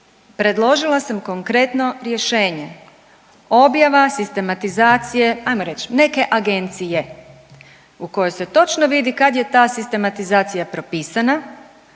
Predložila sam konkretno rješenje, objava sistematizacije ajmo reć neke agencije u kojoj se točno vidi kad je ta sistematizacija propisana,